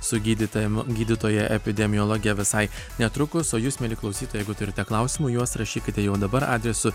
su gydytojam gydytoja epidemiologe visai netrukus o jūs mieli klausytojai jeigu turite klausimų juos rašykite jau dabar adresu